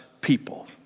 people